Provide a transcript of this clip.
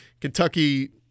Kentucky